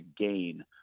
gain